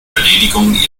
erledigung